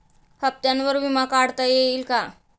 हप्त्यांवर विमा काढता येईल का?